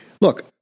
Look